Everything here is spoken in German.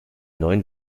neuen